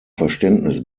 verständnis